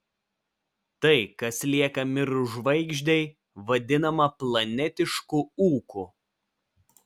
tai kas lieka mirus žvaigždei vadinama planetišku ūku